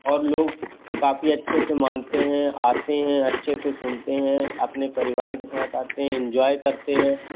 और लोग काफ़ी अच्छे से मानते हैं आते हैं अच्छे से सुनते हैं अपने परिवार के साथ आते हैं इंजॉय करते हैं